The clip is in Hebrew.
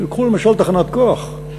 קחו למשל תחנת כוח.